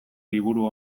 liburu